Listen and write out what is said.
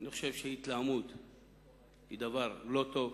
אני חושב שהתלהמות היא דבר לא טוב.